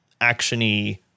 action-y